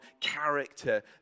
character